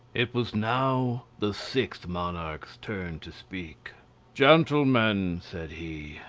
it was now the sixth monarch's turn to speak gentlemen, said he,